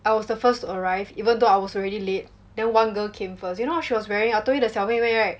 I was the first to arrive even though I was already late then one girl came first you know what she was wearing I told you that 小妹妹 right